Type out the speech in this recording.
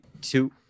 two